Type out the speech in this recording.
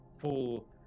full